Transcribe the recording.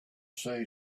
say